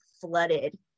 flooded